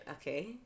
Okay